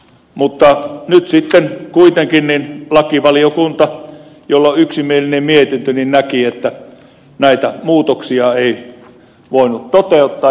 mutta nyt sitten kuitenkin lakivaliokunta jolla on yksimielinen mietintö näki että näitä muutoksia ei voinut toteuttaa